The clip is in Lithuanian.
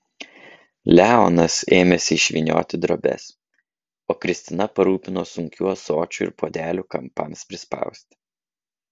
leonas ėmėsi išvynioti drobes o kristina parūpino sunkių ąsočių ir puodelių kampams prispausti